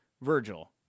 Virgil